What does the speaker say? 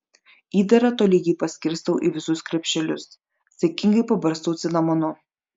įdarą tolygiai paskirstau į visus krepšelius saikingai pabarstau cinamonu